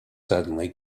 suddenly